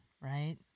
right